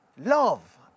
Love